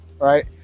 right